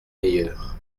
meilleur